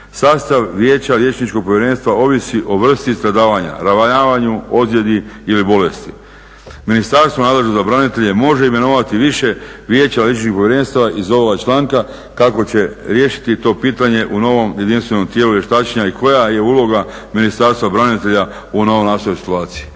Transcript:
Sastav Vijeća liječničkog povjerenstva ovisi o vrsti stradavanja, ranjavanju, ozlijedi ili bolesti. Ministarstvo nadležno za branitelje može imenovati više Vijeća liječničkih povjerenstava iz ovoga članka kako će riješiti to pitanje u novom jedinstvenom tijelu vještačenja i koja je uloga Ministarstva branitelja u novonastaloj situaciji.